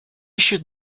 should